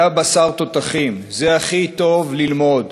זה בשר תותחים, זה הכי טוב ללמוד.